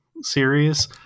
series